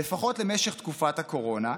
לפחות למשך תקופת הקורונה".